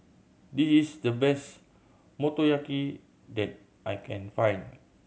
this is the best Motoyaki that I can find